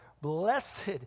Blessed